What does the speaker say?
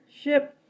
SHIP